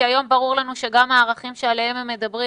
כי היום ברור לנו שגם הערכים שעליהם הם מדברים,